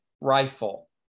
rifle